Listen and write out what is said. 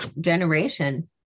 generation